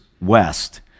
West